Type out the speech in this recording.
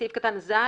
בסעיף קטן (ז),